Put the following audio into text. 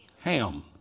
Ham